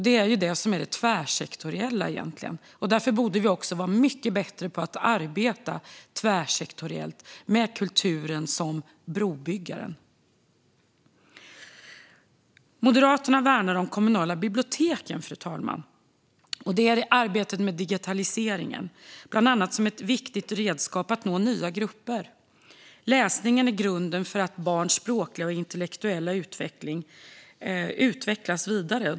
Det är det som är det tvärsektoriella, och därför borde vi vara mycket bättre på att arbeta tvärsektoriellt med kulturen som brobyggare. Fru talman! Moderaterna värnar de kommunala biblioteken och deras arbete med digitalisering, bland annat som ett viktigt redskap för att nå nya grupper. Läsning är grunden för ett barns språkliga och intellektuella utveckling.